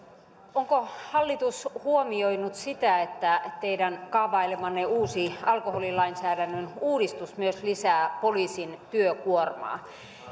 onko hallitus huomioinut sitä että teidän kaavailemanne alkoholilainsäädännön uudistus myös lisää poliisin työkuormaa